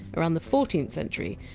around the fourteenth century,